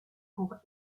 pour